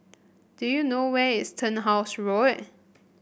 do you know where is Turnhouse Road